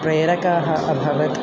प्रेरकाः अभवत्